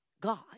God